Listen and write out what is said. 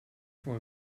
for